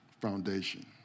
foundation